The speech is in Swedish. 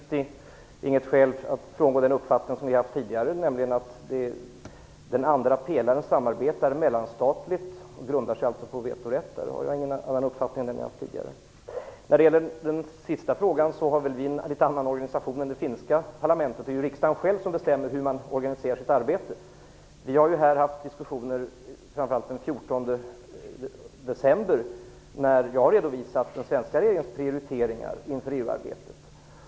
Fru talman! Vad gäller den första frågan finns det inget skäl att frångå den uppfattning som vi har haft tidigare, nämligen att man beträffande den andra pelaren samarbetar mellanstatligt och alltså grundar sig på vetorätten. Jag har ingen annan uppfattning om detta än den som jag har haft tidigare. När det gäller den andra frågan kan jag säga att vi har en något annan organisation än vad det finska parlamentet har. Det är riksdagen själv som bestämmer hur man organiserar sitt arbete. Den 14 december hade vi t.ex. en diskussion då jag redovisade den svenska regeringens prioriteringar inför EU-arbetet.